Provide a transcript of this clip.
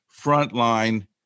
frontline